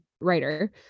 writer